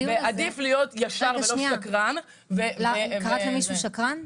קרן בדיון הזה -- ועדיף להיות ישר ולא שקרן -- קראת למישהו שקרן?